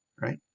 right